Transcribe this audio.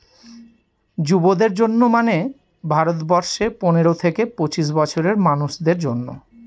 যুবদের জন্য মানে ভারত বর্ষে পনেরো থেকে পঁচিশ বছরের মানুষদের জন্য